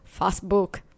Facebook